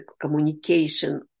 communication